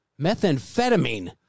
methamphetamine